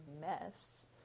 mess